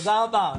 תודה רבה.